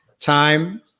time